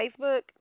Facebook